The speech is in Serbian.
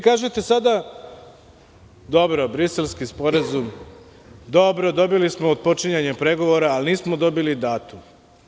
Kažete sada – dobro, Briselski sporazum, dobro, dobili smo otpočinjanje pregovora, ali nismo dobili datum.